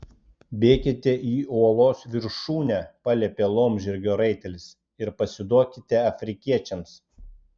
bėkite į uolos viršūnę paliepė laumžirgio raitelis ir pasiduokite afrikiečiams